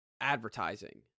advertising